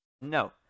No